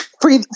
free